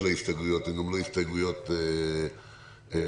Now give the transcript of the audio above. ההסתייגויות הן גם לא הסתייגויות ענייניות,